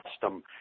custom